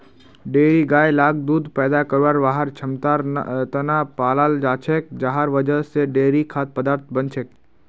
dairy गाय लाक दूध पैदा करवार वहार क्षमतार त न पालाल जा छेक जहार वजह से डेयरी खाद्य पदार्थ बन छेक